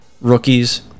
rookies